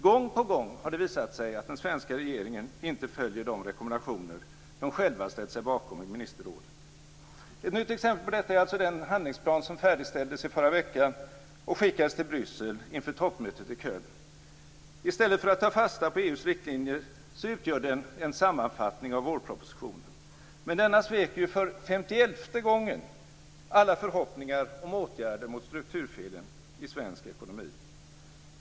Gång på gång har det visat sig att den svenska regeringen inte följer de rekommendationer den själv har ställt sig bakom i ministerrådet. Ett nytt exempel på detta är alltså den handlingsplan som färdigställdes i förra veckan och som skickades till Bryssel inför toppmötet i Köln. I stället för att ta fasta på EU:s riktlinjer utgör den en sammanfattning av vårpropositionen. Med denna plan sveks för femtioelfte gången alla förhoppningar om åtgärder mot strukturfelen i svensk ekonomi.